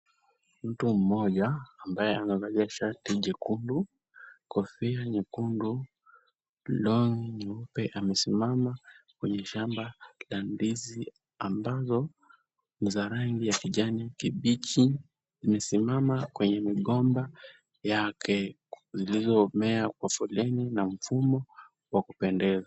Mtu mmoja ambaye amevalia shati jekundu, kofia nyekundu, long'i nyeupe, amesimama kwenye shamba la ndizi ambazo ni za rangi ya kijani kibichi. Amesimama kwenye migomba yake iliyomea kwa foleni na mfumo wa kupendeza.